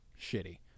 shitty